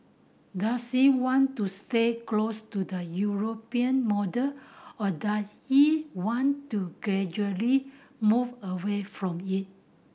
does it want to stay close to the European model or does it want to gradually move away from it